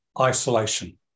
isolation